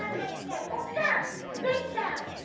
um a snow, oh go! big toe.